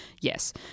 Yes